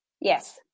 Yes